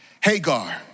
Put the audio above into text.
Hagar